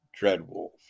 Dreadwolf